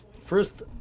first